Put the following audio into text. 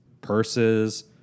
purses